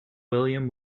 william